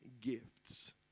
gifts